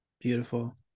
Beautiful